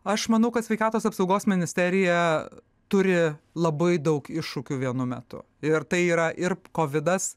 aš manau kad sveikatos apsaugos ministerija turi labai daug iššūkių vienu metu ir tai yra ir kovidas